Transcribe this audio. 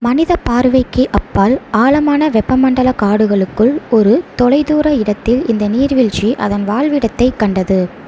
மனித பார்வைக்கு அப்பால் ஆழமான வெப்பமண்டல காடுகளுக்குள் ஒரு தொலைதூர இடத்தில் இந்த நீர்வீழ்ச்சி அதன் வாழ்விடத்தைக் கண்டது